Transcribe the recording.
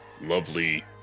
lovely